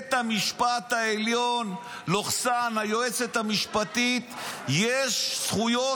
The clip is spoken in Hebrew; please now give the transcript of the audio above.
לבית המשפט העליון / היועצת המשפטית יש זכויות